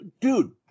dude